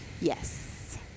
Yes